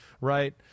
right